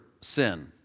sin